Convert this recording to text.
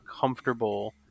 comfortable